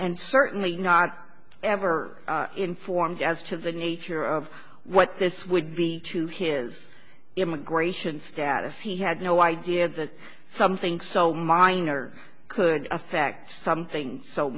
and certainly not ever informed as to the nature of what this would be to his immigration status he had no idea that something so minor could affect something so